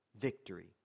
victory